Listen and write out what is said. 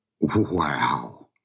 wow